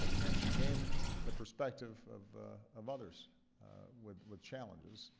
and she gained the perspective of of others with with challenges.